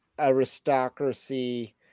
aristocracy